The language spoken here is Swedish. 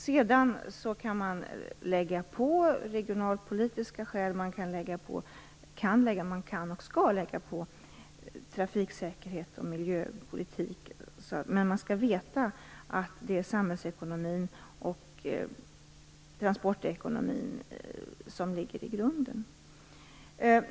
Sedan kan man lägga till regionalpolitiska skäl. Man kan och skall också lägga till trafiksäkerhetspolitiska skäl och miljöpolitiska skäl. Men man skall veta att det är samhällsekonomin och transportekonomin som ligger i botten.